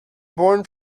born